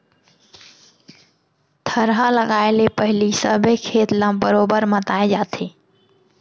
थरहा लगाए ले पहिली सबे खेत ल बरोबर मताए जाथे